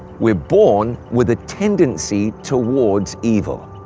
we're born with a tendency towards evil.